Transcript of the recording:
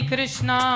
Krishna